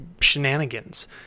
shenanigans